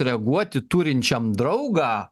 reaguoti turinčiam draugą